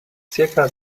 circa